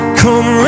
come